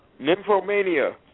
Nymphomania